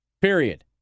Period